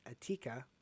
atika